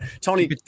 Tony